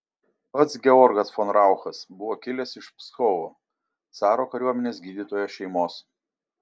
pats georgas von rauchas buvo kilęs iš pskovo caro kariuomenės gydytojo šeimos